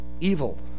evil